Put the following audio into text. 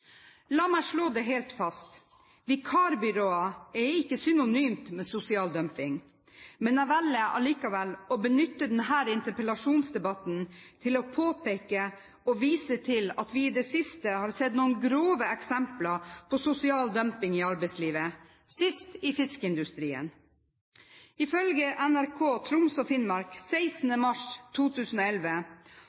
La meg slå det helt fast: Vikarbyråer er ikke synonymt med sosial dumping, men jeg velger likevel å benytte denne interpellasjonsdebatten til å påpeke og vise til at vi i det siste har sett noen grove eksempler på sosial dumping i arbeidslivet – sist i fiskeindustrien. Ifølge NRK Troms og Finnmark den 16. mars 2011